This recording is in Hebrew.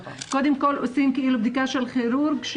קודם עושים בדיקה ידנית של כירורג.